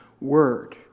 word